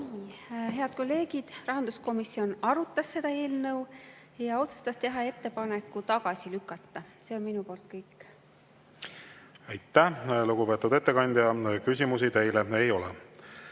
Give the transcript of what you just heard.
Head kolleegid! Rahanduskomisjon arutas seda eelnõu ja otsustas teha ettepaneku see tagasi lükata. See on minu poolt kõik. Aitäh, lugupeetud ettekandja! Küsimusi teile ei ole.